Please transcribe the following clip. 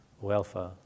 welfare